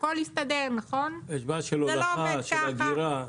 והכל יסתדר, אבל זה לא עובד ככה.